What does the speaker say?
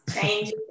Change